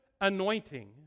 anointing